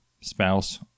spouse